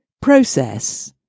process